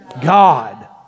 God